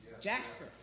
jasper